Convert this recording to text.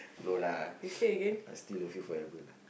no lah I still love you forever lah